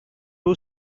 two